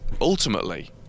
ultimately